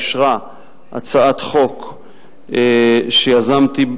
אישרה הצעת חוק שיזמתי,